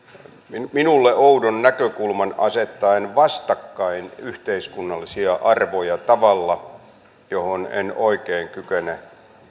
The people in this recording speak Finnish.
minulle oudon näkökulman asettaen vastakkain yhteiskunnallisia arvoja tavalla johon en oikein kykene